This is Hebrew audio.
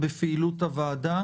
בפעילות הוועדה